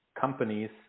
companies